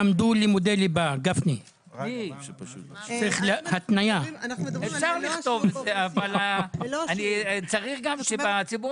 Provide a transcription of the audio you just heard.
היו פה שתי אפשרויות האם לדבר על מחצית